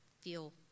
feel